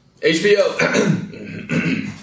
HBO